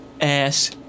ass